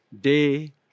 day